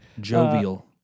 Jovial